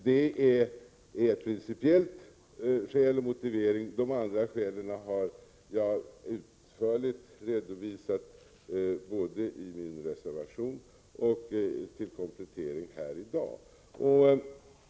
Det är en rent principiell motivering; de andra skälen har jag utförligt redovisat både i min reservation och till komplettering här i dag.